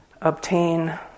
obtain